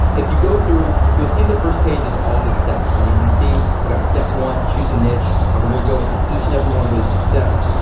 if you go through, you'll see the first page is all the steps and you can see we got step one, choose a niche and we're gonna go into each and every one of those steps.